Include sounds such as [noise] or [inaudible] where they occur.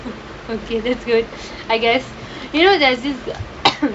okay that's good I guess you know there's this [laughs]